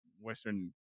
Western